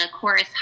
chorus